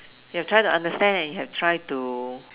you have try to understand and you have try to